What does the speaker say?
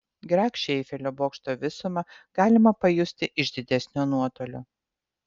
grakščią eifelio bokšto visumą galima pajusti iš didesnio nuotolio